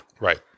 Right